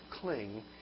cling